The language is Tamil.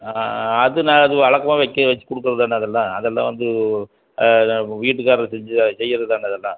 அது நான் அது வழக்கமாக வக்கி வச்சி கொடுக்கறது தான அதெலாம் அதெலாம் வந்து வீட்டு காரர் செஞ்சி செய்கிறது தான அதெலாம்